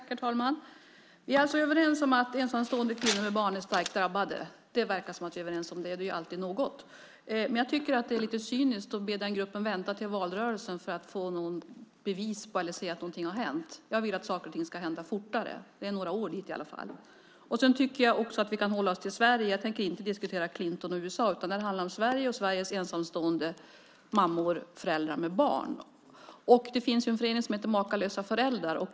Herr talman! Vi är alltså överens om att ensamstående kvinnor med barn är starkt drabbade. Det verkar som om vi är överens om det. Det är alltid något. Men jag tycker att det är lite cyniskt att be den gruppen vänta till valrörelsen för att se att något har hänt. Jag vill att saker och ting ska hända fortare. Det är några år dit i alla fall. Jag tycker också att vi kan hålla oss till Sverige. Jag tänker inte diskutera Clinton och USA. Det här handlar om Sverige och Sveriges ensamstående mammor, föräldrar med barn. Det finns en förening som heter Makalösa föräldrar.